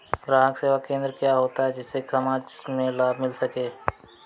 ग्राहक सेवा केंद्र क्या होता है जिससे समाज में लाभ मिल सके?